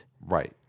Right